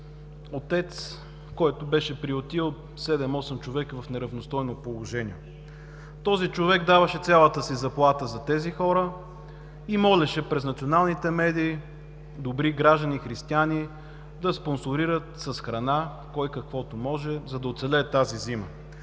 отец, който беше приютил 7-8 човека в неравностойно положение. Този човек даваше цялата си заплата за тези хора и молеше през националните медии добри граждани християни да спонсорират с храна, който с каквото може, за да оцелеят тази зима.